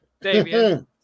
david